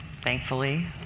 thankfully